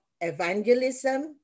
evangelism